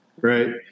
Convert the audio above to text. Right